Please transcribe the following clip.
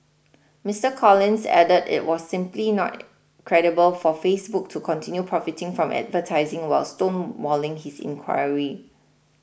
Mister Collins added it was simply not credible for Facebook to continue profiting from advertising while stonewalling his inquiry